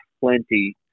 plenty